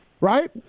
Right